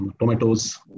tomatoes